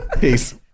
Peace